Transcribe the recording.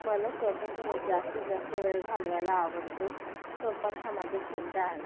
मला स्वयंपाकघरात जास्तीत जास्त वेळ घालवायला आवडतो स्वयंपाक हा माझा छंद आहे